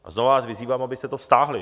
A znovu vás vyzývám, abyste to stáhli.